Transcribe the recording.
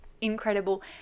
incredible